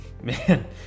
Man